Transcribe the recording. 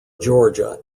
georgia